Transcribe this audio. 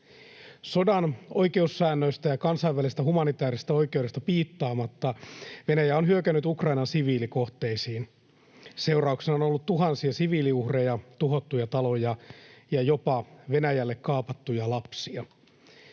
Sodan oikeussäännöistä ja kansainvälisestä humanitäärisestä oikeudesta piittaamatta Venäjä on hyökännyt Ukrainan siviilikohteisiin. Seurauksena on ollut tuhansia siviiliuhreja, tuhottuja taloja ja jopa Venäjälle kaapattuja lapsia.